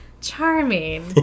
Charming